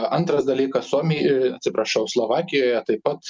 antras dalykas suomijoje atsiprašau slovakijoje taip pat